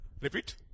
repeat